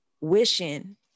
wishing